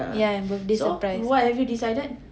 ya yang birthday surprise